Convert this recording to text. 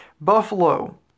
Buffalo